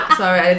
sorry